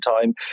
time